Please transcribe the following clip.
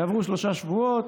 יעברו שלושה שבועות,